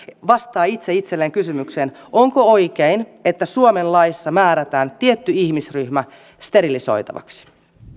vastaa itse itselleen kysymykseen onko oikein että suomen laissa määrätään tietty ihmisryhmä sterilisoitavaksi